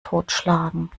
totschlagen